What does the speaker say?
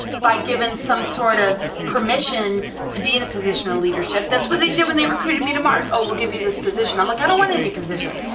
by given some sort of permission to be in a position of leadership, that's what they do when they recruited me to mars, oh we will give you this position, i'm like i don't want any position,